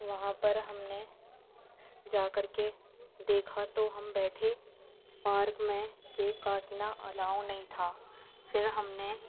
وہاں پر ہم نے جا کر کے دیکھا تو ہم بیٹھے پارک میں کیک کاٹنا الاؤ نہیں تھا پھر ہم نے